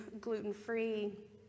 gluten-free